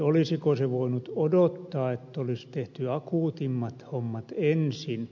olisiko se voinut odottaa että olisi tehty akuutimmat hommat ensin